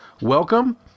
welcome